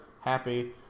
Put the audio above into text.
Happy